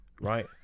right